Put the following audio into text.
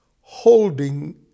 holding